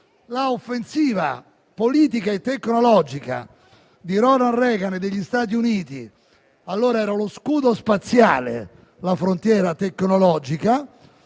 la frontiera tecnologica era lo scudo spaziale